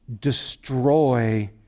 destroy